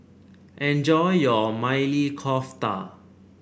enjoy your Maili Kofta